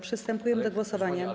Przystępujemy do głosowania.